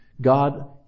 God